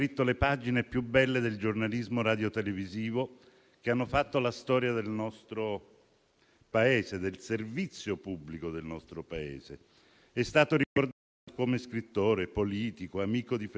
Un vero intellettuale, protagonista del giornalismo civile al servizio del suo Paese. Per lui la parola era sacra, aveva un senso altissimo delle istituzioni, una grande umanità.